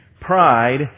Pride